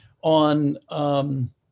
on –